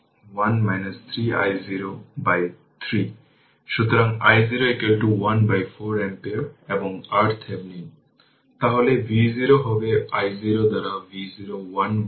সুতরাং point 8 ampere মানে এটি হল 10 ix ix 32 তার মানে এই 10 ix হবে 10 32 অর্থাৎ 32 ভোল্ট